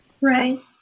Right